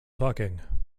talking